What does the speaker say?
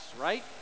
right